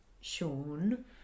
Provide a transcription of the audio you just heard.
Sean